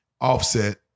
Offset